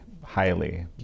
highly